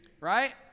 right